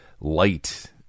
light